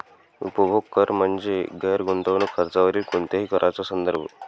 उपभोग कर म्हणजे गैर गुंतवणूक खर्चावरील कोणत्याही कराचा संदर्भ